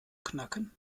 knacken